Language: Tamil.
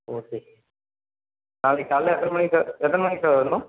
ஓகே நாளைக்கு காலையில் எத்தனை மணிக்கு சார் எத்தனை மணிக்கு சார் வரணும்